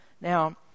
Now